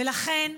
ולכן,